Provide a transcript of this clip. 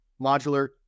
modular